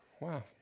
Wow